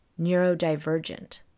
neurodivergent